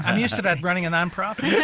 um used to that running a nonprofit. yeah